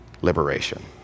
liberation